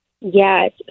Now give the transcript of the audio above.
Yes